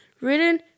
Written